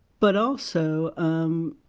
but also, um